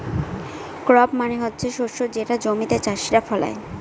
crop মানে হচ্ছে শস্য যেটা জমিতে চাষীরা ফলায়